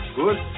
good